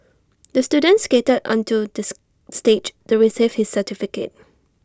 the student skated onto this stage to receive his certificate